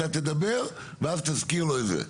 אתה תדבר ואז תזכיר לו את זה.